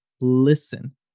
Listen